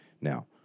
Now